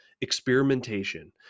experimentation